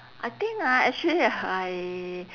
I think ah actually I